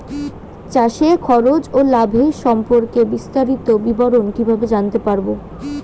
চাষে খরচ ও লাভের সম্পর্কে বিস্তারিত বিবরণ কিভাবে জানতে পারব?